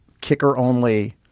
kicker-only